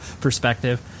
perspective